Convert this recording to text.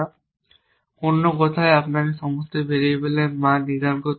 সুতরাং অন্য কথায় আপনাকে সমস্ত ভেরিয়েবলের মান নির্ধারণ করতে হবে না